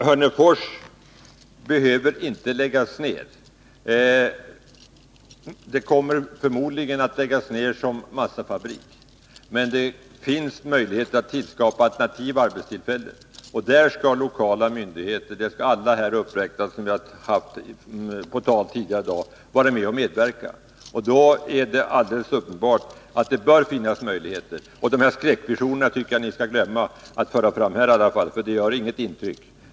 Hörnefors behöver inte läggas ned. Det kommer förmodligen att läggas ned som massafabrik, men det finns möjligheter att tillskapa alternativa arbetstillfällen, och där skall lokala myndigheter och alla de som jag räknade upp tidigare i dag medverka. Då är det helt uppenbart att det bör finnas möjligheter. Jag tycker att ni skall sluta att framföra dessa skräckvisioner, för de gör inget intryck.